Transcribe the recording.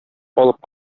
алып